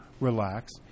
relax